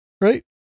right